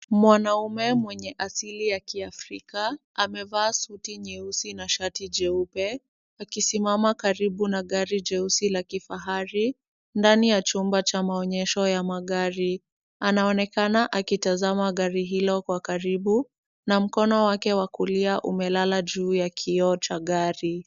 Mwanamume mwenye asili ya kiafrika amevaa suti nyeusi na shati jeupe akisimama karibu na gari jeusi la kifahari ndani ya chumba cha maonyesho ya magari. Anaoenekana akitazama gari hilo kwa karibu na mkono wake wa kulia umelala juu ya kioo cha gari.